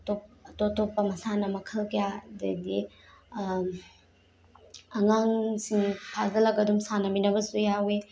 ꯑꯇꯣꯞ ꯑꯇꯣꯞ ꯑꯇꯣꯞꯄ ꯃꯁꯥꯟꯅ ꯃꯈꯜ ꯀꯌꯥ ꯑꯗꯩꯗꯤ ꯑꯉꯥꯡꯁꯤꯡ ꯐꯥꯒꯠꯂꯒ ꯑꯗꯨꯝ ꯁꯥꯟꯅꯃꯤꯟꯅꯕꯁꯨ ꯌꯥꯎꯑꯦ